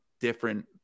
different